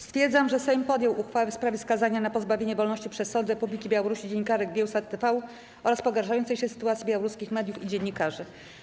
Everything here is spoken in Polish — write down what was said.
Stwierdzam, że Sejm podjął uchwałę w sprawie skazania na pozbawienie wolności przez sąd Republiki Białorusi dziennikarek Biełsat TV oraz pogarszającej się sytuacji białoruskich mediów i dziennikarzy.